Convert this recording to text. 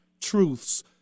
truths